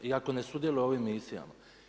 I ako ne sudjeluje u ovim misijama.